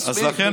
מספיק,